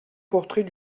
portrait